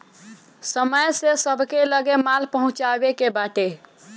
समय से सबके लगे माल पहुँचावे के बाटे